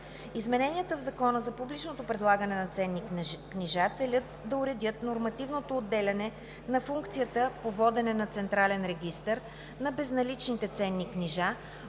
Измененията в Закона за публичното предлагане на ценни книжа целят да уредят нормативното отделяне на функцията по водене на централен регистър на безналичните ценни книжа